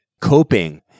coping